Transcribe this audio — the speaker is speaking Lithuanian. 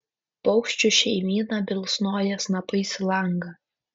paukščių šeimyna bilsnoja snapais į langą